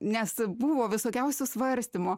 nes buvo visokiausių svarstymų